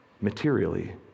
materially